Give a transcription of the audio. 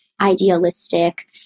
idealistic